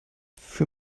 für